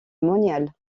monial